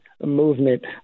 movement